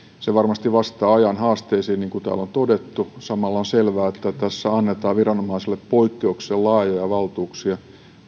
se varmasti vastaa ajan haasteisiin niin kuin täällä on todettu samalla on selvää että tässä annetaan viranomaiselle poikkeuksellisen laajoja valtuuksia